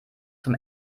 zum